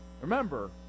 Remember